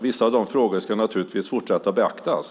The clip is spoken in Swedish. Vissa av de frågorna ska naturligtvis beaktas.